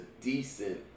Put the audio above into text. decent